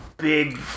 big